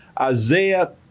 isaiah